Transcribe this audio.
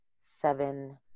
seven